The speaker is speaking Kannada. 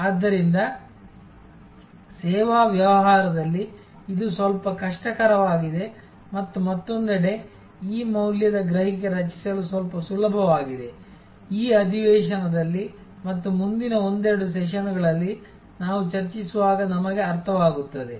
ಆದ್ದರಿಂದ ಸೇವಾ ವ್ಯವಹಾರದಲ್ಲಿ ಇದು ಸ್ವಲ್ಪ ಕಷ್ಟಕರವಾಗಿದೆ ಮತ್ತು ಮತ್ತೊಂದೆಡೆ ಈ ಮೌಲ್ಯದ ಗ್ರಹಿಕೆ ರಚಿಸಲು ಸ್ವಲ್ಪ ಸುಲಭವಾಗಿದೆ ಈ ಅಧಿವೇಶನದಲ್ಲಿ ಮತ್ತು ಮುಂದಿನ ಒಂದೆರಡು ಸೆಷನ್ಗಳಲ್ಲಿ ನಾವು ಚರ್ಚಿಸುವಾಗ ನಮಗೆ ಅರ್ಥವಾಗುತ್ತದೆ